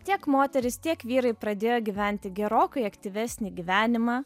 tiek moterys tiek vyrai pradėjo gyventi gerokai aktyvesnį gyvenimą